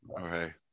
okay